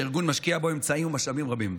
שהארגון משקיע בו אמצעים ומשאבים רבים.